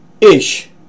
Ish